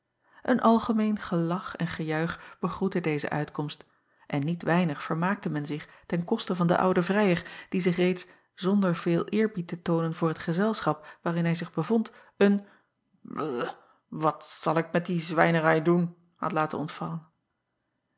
en algemeen gelach en gejuich begroette deze uitkomst en niet weinig vermaakte men zich ten koste van den ouden vrijer die zich reeds zonder veel eerbied te toonen voor het gezelschap waarin hij zich bevond een bl wat zal ik met die zwijnerij doen had laten ontvallen